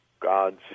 God's